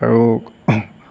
আৰু